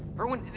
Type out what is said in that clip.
irwin,